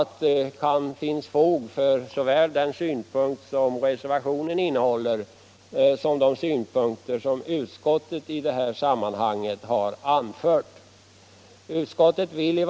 Det finns fog för både den synpunkt som förs fram i reservationen och för det som i detta sammanhang anförts av utskottsmajoriteten.